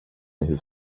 his